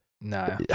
no